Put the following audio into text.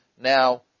now